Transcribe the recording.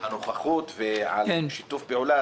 הנוכחות ושיתוף הפעולה,